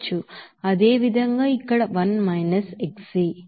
అదేవిధంగా ఇక్కడ 1 - xv